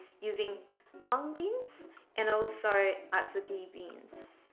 using mung beans and also azuki beans,